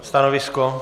Stanovisko?